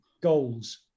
goals